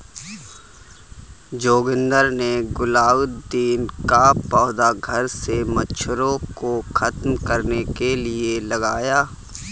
जोगिंदर ने गुलदाउदी का पौधा घर से मच्छरों को खत्म करने के लिए लगाया